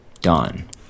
done